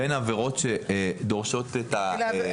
שהן עבירות שדורשות את ההשעיה.